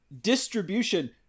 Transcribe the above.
distribution